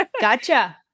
Gotcha